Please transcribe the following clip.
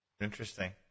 Interesting